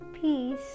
peace